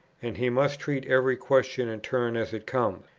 and he must treat every question in turn as it comes.